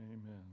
Amen